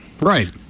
Right